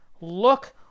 look